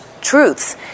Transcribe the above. truths